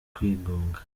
kwigunga